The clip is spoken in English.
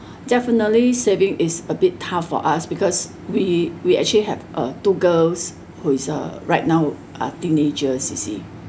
definitely saving is a bit tough for us because we we actually have uh two girls who is uh right now are teenagers see see